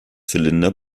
zylinder